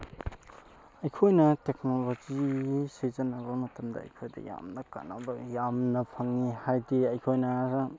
ꯑꯩꯈꯣꯏꯅ ꯇꯦꯛꯅꯣꯂꯣꯖꯤ ꯁꯤꯖꯤꯟꯅꯕ ꯃꯇꯝꯗ ꯑꯩꯈꯣꯏꯗ ꯌꯥꯝꯅ ꯀꯥꯟꯅꯕ ꯌꯥꯝꯅ ꯐꯪꯉꯤ ꯍꯥꯏꯕꯗꯤ ꯑꯩꯈꯣꯏꯅ